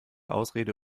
ausrede